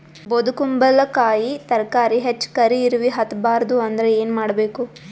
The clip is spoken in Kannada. ಬೊದಕುಂಬಲಕಾಯಿ ತರಕಾರಿ ಹೆಚ್ಚ ಕರಿ ಇರವಿಹತ ಬಾರದು ಅಂದರ ಏನ ಮಾಡಬೇಕು?